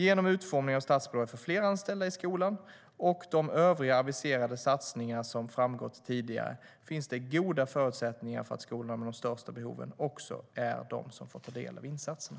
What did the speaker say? Genom utformningen av statsbidraget för fler anställda i skolan och de övriga aviserade satsningarna, som har framgått tidigare, finns det goda förutsättningar för att skolorna med de största behoven också är de som får ta del av insatserna.